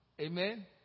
amen